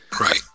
Right